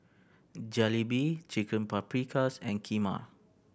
Jalebi Chicken Paprikas and Kheema